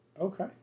Okay